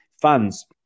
fans